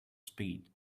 speed